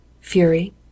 fury